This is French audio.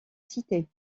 cités